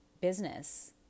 business